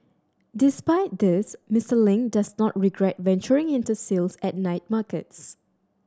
despite this Mister Ling does not regret venturing into sales at night markets